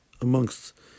amongst